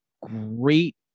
great